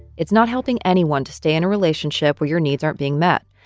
it's not helping anyone to stay in a relationship where your needs aren't being met.